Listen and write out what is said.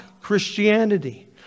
Christianity